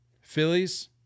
Phillies